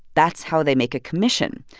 that's how they make a commission.